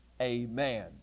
amen